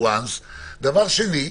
דבר שני,